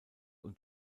und